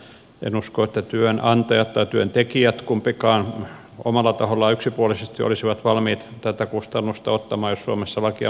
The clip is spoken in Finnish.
en usko että kummatkaan työnantajat tai työntekijät omalla tahollaan yksipuolisesti olisivat valmiit tätä kustannusta ottamaan jos suomessa lakia muuttaisimme